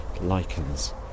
lichens